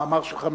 המאמר שלך מצוין.